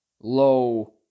low